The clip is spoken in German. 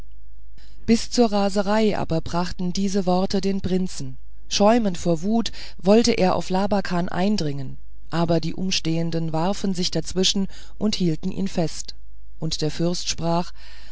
bis zur raserei aber brachten diese worte den prinzen schäumend vor wut wollte er auf labakan eindringen aber die umstehenden warfen sich dazwischen und hielten ihn fest und der fürst sprach